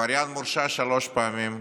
עבריין מורשע שלוש פעמים,